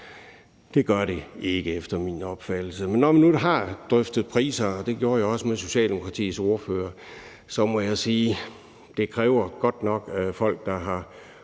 Det gør det ikke efter min opfattelse. Når man drøfter priser, og det gjorde jeg også med Socialdemokratiets ordfører, må jeg sige, at det godt nok kræver folk, der har